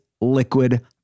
liquid